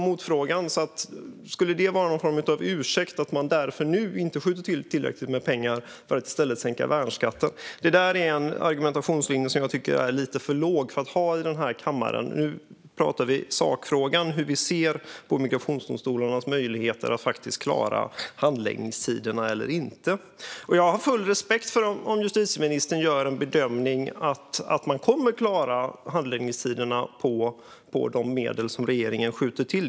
Men skulle detta vara en ursäkt för att man nu inte skjuter till tillräckligt med pengar och i stället sänker värnskatten? Detta är en argumentationslinje som är lite för låg för denna kammare, tycker jag. Vi ska ju tala om sakfrågan om hur vi ser på migrationsdomstolarnas möjligheter att klara handläggningstiderna. Jag har full respekt för justitieministern om han gör bedömningen att man kommer att klara handläggningstiderna med de medel som regeringen skjuter till.